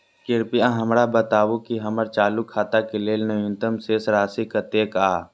कृपया हमरा बताबू कि हमर चालू खाता के लेल न्यूनतम शेष राशि कतेक या